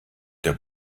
der